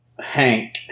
Hank